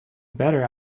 better